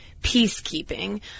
peacekeeping